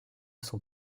sont